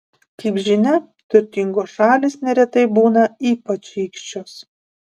kaip žinia turtingos šalys neretai būna ypač šykščios